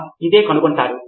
ఆసక్తికరంగా ఇంకేముంది